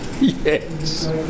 Yes